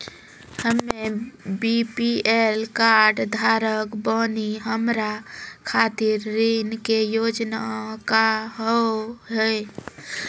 हम्मे BPL card धारक बानि हमारा खातिर ऋण के योजना का होव हेय?